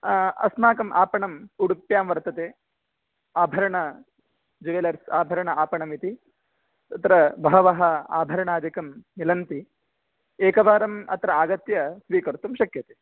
अस्माकम् आपणं उडुप्यां वर्तते आभरण ज्युवेलरि आभरण आपणम् इति तत्र बहवः आभरणादिकं मिलन्ति एकवारम् अत्र आगत्य स्वीकर्तुं शक्यते